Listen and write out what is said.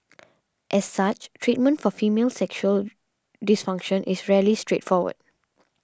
as such treatment for female sexual dysfunction is rarely straightforward